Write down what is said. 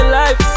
life